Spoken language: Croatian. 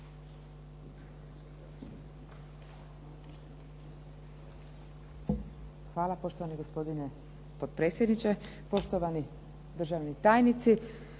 Hvala, poštovani gospodine potpredsjedniče. Poštovani državni tajnici,